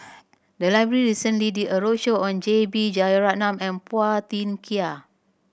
the library recently did a roadshow on J B Jeyaretnam and Phua Thin Kiay